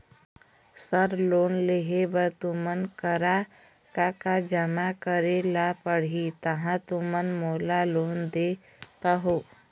Sir loan लेहे बर तुमन करा का का जमा करें ला पड़ही तहाँ तुमन मोला लोन दे पाहुं?